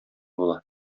була